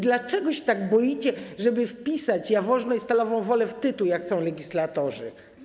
Dlaczego się tak boicie, żeby wpisać Jaworzno i Stalową Wolę w tytuł, jak chcą legislatorzy?